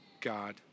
God